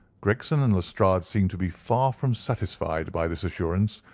gregson and lestrade seemed to be far from satisfied by this assurance,